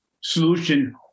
solution